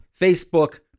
Facebook